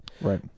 Right